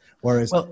whereas